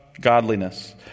godliness